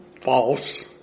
false